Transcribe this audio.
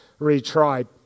retried